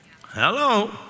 Hello